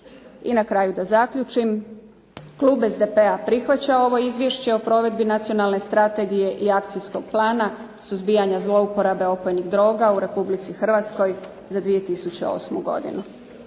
I na kraju da zaključim, klub SDP-a prihvaća ovo Izvješće o provedbi Nacionalne strategije i Akcijskog plana suzbijanja zlouporabe opojnih droga u Republici Hrvatskoj za 2008. godinu.